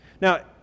Now